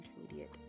Intermediate